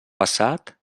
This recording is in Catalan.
passat